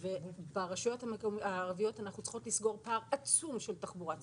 80% מהתוספת מופנית לתחבורה הציבורית.